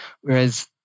whereas